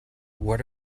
what